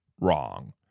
Wrong